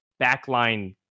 backline